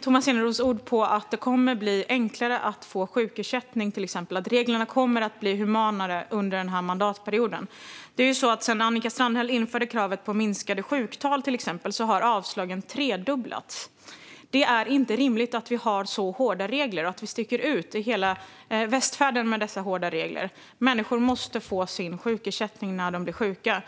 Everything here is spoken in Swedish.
Tomas Eneroths ord på att det kommer att bli enklare att till exempel få sjukersättning och att reglerna kommer att bli humanare under denna mandatperiod? Sedan Annika Strandhäll införde kravet på minskade sjuktal har avslagen tredubblats. Det är inte rimligt att vi har så hårda regler och att vi sticker ut i hela västvärlden med dessa hårda regler. Människor måste få sin sjukersättning när de blir sjuka.